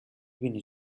بینی